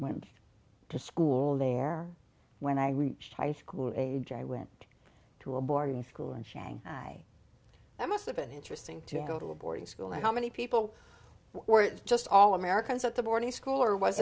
went to school there when i reached high school age i went to a boarding school in shanghai i must have been interesting to go to a boarding school how many people were just all americans at the boarding school or w